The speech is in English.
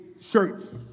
shirts